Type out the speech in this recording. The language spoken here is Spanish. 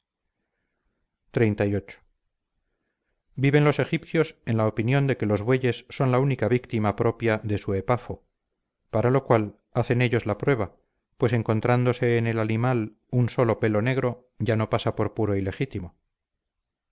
su fallecimiento xxxviii viven los egipcios en la opinión de que los bueyes son la única víctima propia de su epafo para lo cual hacen ellos la prueba pues encontrándose en el animal un solo pelo negro ya no pasa por puro y legítimo